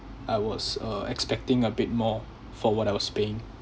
I was uh expecting a bit more for what I was paying